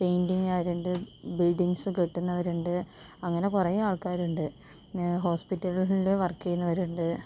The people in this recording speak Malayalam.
പെയിൻറ്റിഗ്കാരുണ്ട് ബില്ഡിങ്സ് കെട്ടുന്നവരുണ്ട് അങ്ങനെ കുറെ ആൾക്കാരുണ്ട് ഹോസ്പിറ്റലിൽ വർക്ക് ചെയ്യുന്നവരുണ്ട്